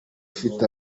ufite